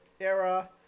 Era